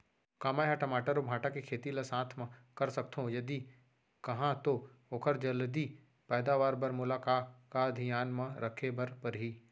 का मै ह टमाटर अऊ भांटा के खेती ला साथ मा कर सकथो, यदि कहाँ तो ओखर जलदी पैदावार बर मोला का का धियान मा रखे बर परही?